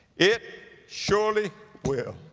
it surely will.